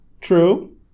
True